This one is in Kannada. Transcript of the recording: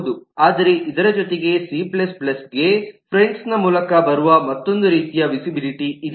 ಆದರೆ ಇದರ ಜೊತೆಗೆ ಸಿCಗೆ ಫ್ರೆಂಡ್ನ ಮೂಲಕ ಬರುವ ಮತ್ತೊಂದು ರೀತಿಯ ವಿಸಿಬಿಲಿಟಿ ಇದೆ